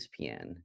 ESPN –